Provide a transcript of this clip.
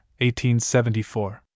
1874